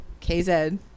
KZ